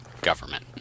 government